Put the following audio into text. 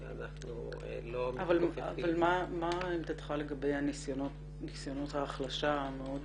ואנחנו לא -- אבל מה עמדתך לגבי ניסיונות ההחלשה המאוד